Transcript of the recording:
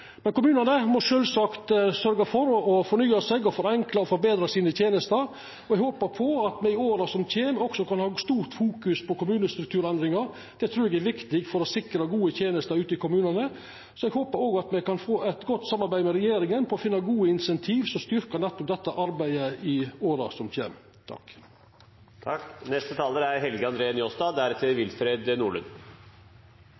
men kommunane må sjølvsagt sørgja for å fornya seg, forenkla og forbetra tenestene sine. Eg håpar at me i åra som kjem, også kan ha stort fokus på kommunestrukturendringar. Det trur eg er viktig for å sikra gode tenester i kommunane. Eg håpar òg at me kan få eit godt samarbeid med regjeringa for å finna gode incentiv som styrkjer nettopp dette arbeidet i åra som kjem.